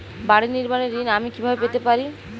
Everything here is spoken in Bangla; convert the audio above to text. বাড়ি নির্মাণের ঋণ আমি কিভাবে পেতে পারি?